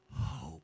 hope